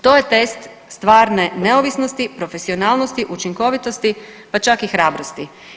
To je test stvarne neovisnosti, profesionalnosti, učinkovitosti, pa čak i hrabrosti.